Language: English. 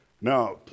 Now